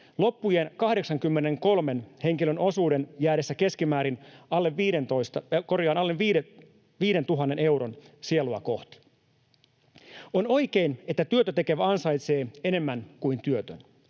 loppujen 83 henkilön osuuden jäädessä keskimäärin alle 5 000 euron sielua kohti. On oikein, että työtä tekevä ansaitsee enemmän kuin työtön.